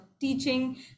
teaching